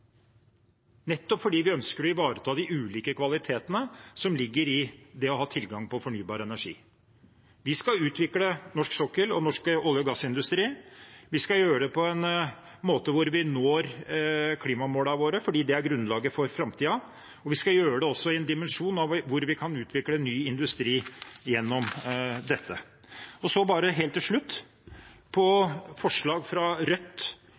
nettopp fordi vi ønsker å ivareta de ulike kvalitetene som ligger i det å ha tilgang på fornybar energi. Vi skal utvikle norsk sokkel og norsk olje- og gassindustri; vi skal gjøre det på en måte hvor vi når klimamålene våre, fordi det er grunnlaget for framtiden, og vi skal også gjøre det i en dimensjon hvor vi kan utvikle ny industri gjennom dette. Og så bare helt til slutt om forslag fra Rødt,